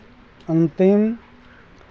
अन्तिम